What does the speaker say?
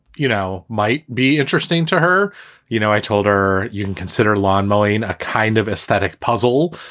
you know, might be interesting to her you know, i told her you can consider lawn mowing a kind of aesthetic puzzle,